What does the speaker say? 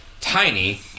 tiny